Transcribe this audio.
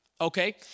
Okay